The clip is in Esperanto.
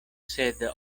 sed